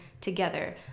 together